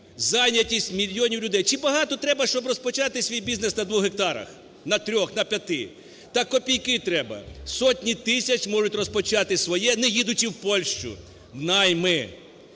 зайнятість мільйонів людей. Чи багато треба, щоб розпочати свій бізнес на двох гектарах, на трьох, на п'яти? Та копійки треба. Сотні тисяч можуть розпочати своє, не їдучи в Польщу в найми.